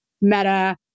Meta